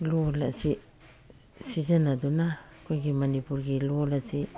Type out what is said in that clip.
ꯂꯣꯟ ꯑꯁꯤ ꯁꯤꯖꯤꯟꯅꯗꯨꯅ ꯑꯩꯈꯣꯏꯒꯤ ꯃꯅꯤꯄꯨꯔꯒꯤ ꯂꯣꯟ ꯑꯁꯤ